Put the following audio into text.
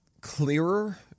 Clearer